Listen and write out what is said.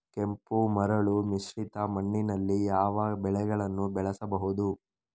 ಕೆಂಪು ಮರಳು ಮಿಶ್ರಿತ ಮಣ್ಣಿನಲ್ಲಿ ಯಾವ ಬೆಳೆಗಳನ್ನು ಬೆಳೆಸಬಹುದು?